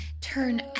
turn